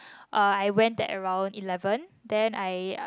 uh I went at around eleven then I